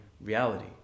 reality